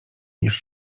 niż